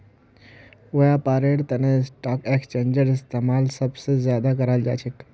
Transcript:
व्यापारेर तना स्टाक एक्स्चेंजेर इस्तेमाल सब स ज्यादा कराल जा छेक